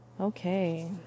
Okay